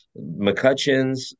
McCutcheons